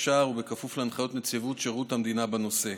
התקשי"ר ובכפוף להנחיות נציבות שירות המדינה בנושא.